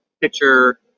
picture